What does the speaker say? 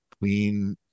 clean